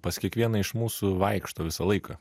pas kiekvieną iš mūsų vaikšto visą laiką